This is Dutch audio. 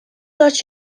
dat